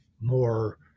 more